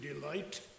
delight